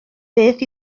beth